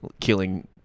killing